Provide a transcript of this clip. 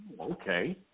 okay